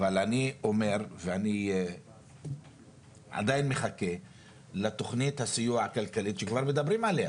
אבל אני אומר ואני עדיין מחכה לתוכנית הסיוע הכלכלית שכבר מדברים עליה.